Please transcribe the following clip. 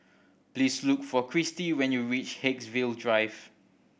please look for Kristi when you reach Haigsville Drive